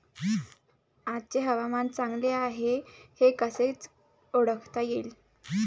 आजचे हवामान चांगले हाये हे कसे ओळखता येईन?